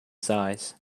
size